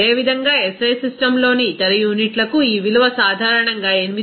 అదేవిధంగా SI సిస్టమ్లోని ఇతర యూనిట్లకు ఈ విలువ సాధారణంగా 8